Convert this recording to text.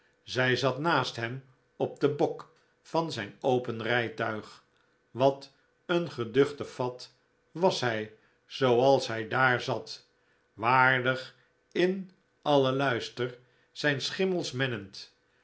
zij zat naast hem op den bok van zijn open rijtuig wat een geduchte fat was hij zooals hij daar zat waardig in ahen luister zijn schimmels